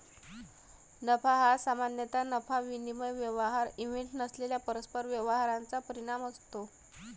नफा हा सामान्यतः नफा विनिमय व्यवहार इव्हेंट नसलेल्या परस्पर व्यवहारांचा परिणाम असतो